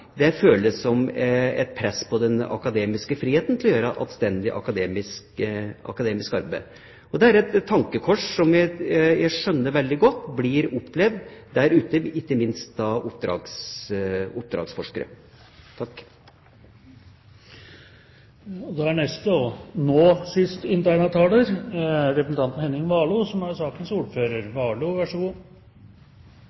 føles som et press på den akademiske friheten til å gjøre anstendig akademisk arbeid. Det er et tankekors, og jeg skjønner veldig godt at det blir opplevd der ute, ikke minst av oppdragsforskere.